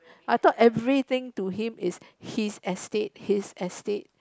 I thought everything to him is he's estate he's estate